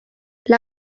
utzi